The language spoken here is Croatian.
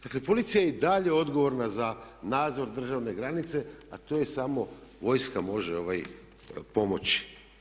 Dakle policija je i dalje odgovorna za nadzor državne granice a tu joj samo vojska može pomoći.